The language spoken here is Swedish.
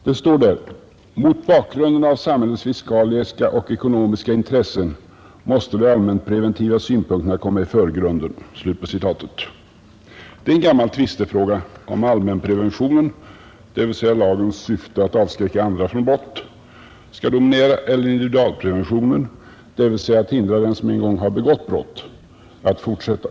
Det står där: ”Mot bakgrunden av samhällets fiskaliska och ekonomiska intressen måste de allmänpreventiva synpunkterna komma i förgrunden.” Det är en gammal tvistefråga om allmänpreventionen skall dominera — det vill säga lagens syfte att avskräcka andra från brott — eller individualpreventionen — det vill säga syftet att avskräcka den som en gång har begått brott från att fortsätta.